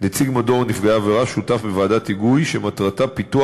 נציג מדור נפגעי עבירה שותף בוועדת היגוי שמטרתה פיתוח